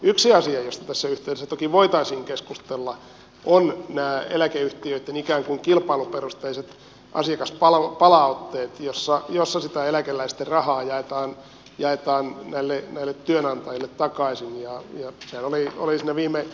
yksi asia josta tässä yhteydessä toki voitaisiin keskustella ovat nämä eläkeyhtiöitten ikään kuin kilpailuperusteiset asiakaspalautteet joissa sitä eläkeläisten rahaa jaetaan muille eli työnantaja pakkaisija ja näille työnantajille takaisin